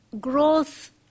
growth